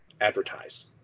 advertise